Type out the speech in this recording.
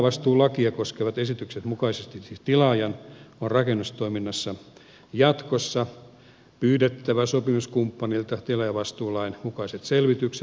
tilaajavastuulakia koskevien esitysten mukaisesti siis tilaajan on rakennustoiminnassa jatkossa pyydettävä sopimuskumppanilta tilaajavastuulain mukaiset selvitykset